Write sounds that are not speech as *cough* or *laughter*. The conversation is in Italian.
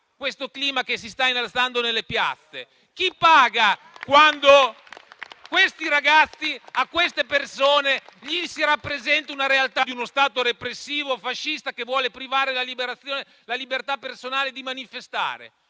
questo clima che si sta innalzando nelle piazze? *applause* Chi paga quando a questi ragazzi, a queste persone gli si rappresenta la realtà di uno Stato repressivo e fascista, che vuole eliminare la libertà personale di manifestare?